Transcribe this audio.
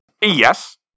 Yes